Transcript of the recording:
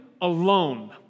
alone